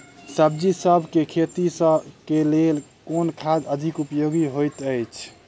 सब्जीसभ केँ खेती केँ लेल केँ खाद अधिक उपयोगी हएत अछि?